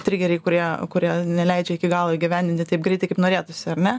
trigeriai kurie kurie neleidžia iki galo įgyvendinti taip greitai kaip norėtųsi ar ne